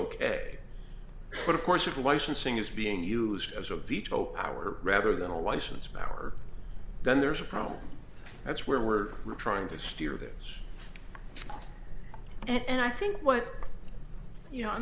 but of course of licensing is being used as a veto power rather than a license power then there's a problem that's where we're trying to steer this and i think what you know